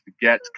get